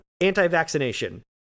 anti-vaccination